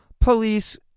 police